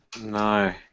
no